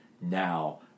now